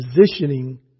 positioning